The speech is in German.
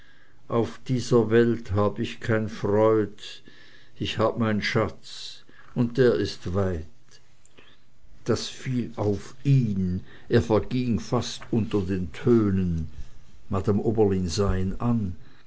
auf dieser welt hab ich kein freud ich hab mein schatz und der ist weit das fiel auf ihn er verging fast unter den tönen madame oberlin sah ihn an